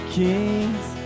kings